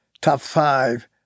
top-five